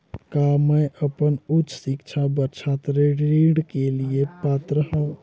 का मैं अपन उच्च शिक्षा बर छात्र ऋण के लिए पात्र हंव?